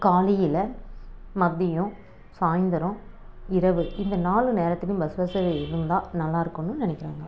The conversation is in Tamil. காலையில் மதியம் சாய்ந்திரம் இரவு இந்த நாலு நேரத்திலும் பஸ் வசதி இருந்தால் நல்லாயிருக்கும்னு நினைக்கிறாங்க